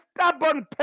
stubborn